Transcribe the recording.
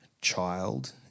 child